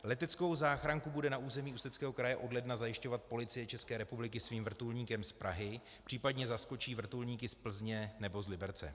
Leteckou záchranku bude na území Ústeckého kraje od ledna zajišťovat Policie České republiky svým vrtulníkem z Prahy, případně zaskočí vrtulníky z Plzně nebo z Liberce.